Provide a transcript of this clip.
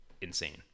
insane